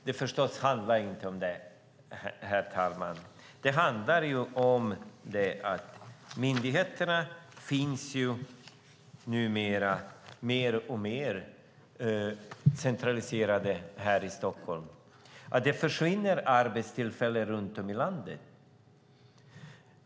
Det handlar förstås inte om det, herr talman, utan det handlar om att myndigheterna numera mer och mer är centraliserade till Stockholm och att det försvinner arbetstillfällen runt om i landet.